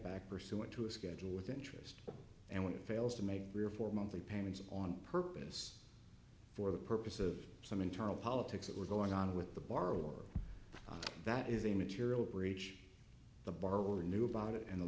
back pursuant to a schedule with interest and when it fails to make three or four monthly payments on purpose for the purpose of some internal politics that were going on with the borrower that is a material breach the borrower knew about it and the